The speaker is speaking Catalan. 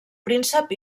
príncep